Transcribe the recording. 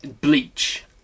bleach